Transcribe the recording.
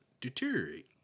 deteriorate